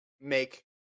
make